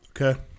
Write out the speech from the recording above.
Okay